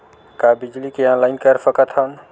का बिजली के ऑनलाइन कर सकत हव?